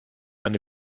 eine